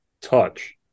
touch